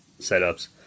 setups